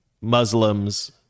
Muslims